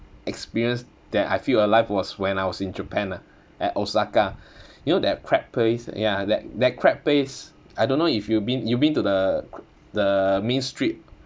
experience that I feel alive was when I was in japan ah at osaka you know that crab place ya that that crab place I don't know if you been you been to the the main street